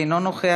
אינו נוכח.